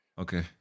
Okay